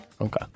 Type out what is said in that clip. Okay